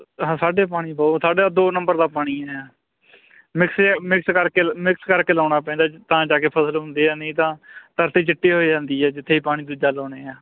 ਹਾਂ ਸਾਡੇ ਪਾਣੀ ਬਹੁਤ ਸਾਡੇ ਤਾਂ ਦੋ ਨੰਬਰ ਦਾ ਪਾਣੀ ਹੈ ਮਿਕਸ ਜਿਹਾ ਮਿਕਸ ਕਰਕੇ ਮਿਕਸ ਕਰਕੇ ਲਾਉਣਾ ਪੈਂਦਾ ਤਾਂ ਜਾ ਕੇ ਫ਼ਸਲ ਹੁੰਦੀ ਆ ਨਹੀਂ ਤਾਂ ਧਰਤੀ ਚਿੱਟੀ ਹੋ ਜਾਂਦੀ ਹੈ ਜਿੱਥੇ ਪਾਣੀ ਦੂਜਾ ਲਾਉਂਦੇ ਹਾਂ